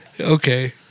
Okay